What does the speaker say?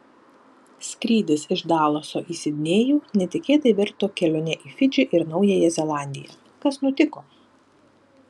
skrydis iš dalaso į sidnėjų netikėtai virto kelione į fidžį ir naująją zelandiją kas nutiko